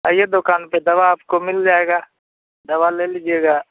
आइए दुकान पर दवा आपको मिल जाएगी दवा ले लीजिएगा